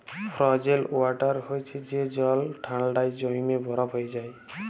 frozen water হছে যে জল ঠাল্ডায় জইমে বরফ হঁয়ে যায়